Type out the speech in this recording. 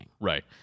Right